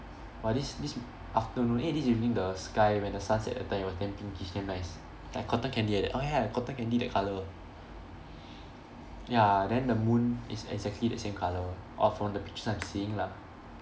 !wah! this this afternoon eh this evening the sky when the sun set that time it was damn pinkish damn nice like cotton candy like that oh ya cotton candy that colour ya then the moon is exactly that same colour of from the pictures I'm seeing lah